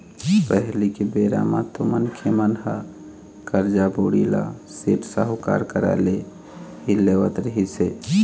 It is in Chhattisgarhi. पहिली के बेरा म तो मनखे मन ह करजा, बोड़ी ल सेठ, साहूकार करा ले ही लेवत रिहिस हे